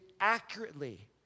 accurately